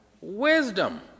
Wisdom